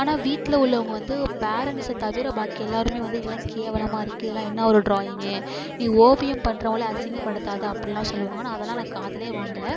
ஆனால் வீட்டில் உள்ளவங்க வந்து பேரன்ட்ஸை தவிர பாக்கி எல்லாருமே வந்து இதெல்லாம் கேவலமாக இருக்குது இதெல்லாம் என்ன ஒரு ட்ராயிங்கு நீ ஓவியம் பண்றவங்களை அசிங்கப்படுத்தாதே அப்படிலான் சொல்லுவாங்க நான் அதெல்லான் நான் காதில் வாங்கல